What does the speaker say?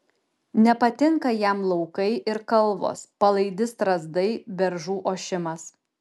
nepatinka jam laukai ir kalvos palaidi strazdai beržų ošimas